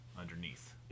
underneath